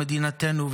את מדינתנו,